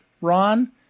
Ron